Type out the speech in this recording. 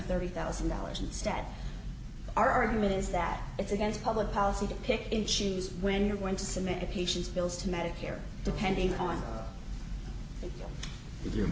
thirty thousand dollars instead our argument is that it's against public policy to pick and choose when you're going to cynical patients bills to medicare depending on your